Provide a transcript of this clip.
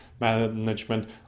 management